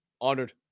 honored